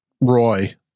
Roy